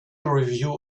review